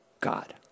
God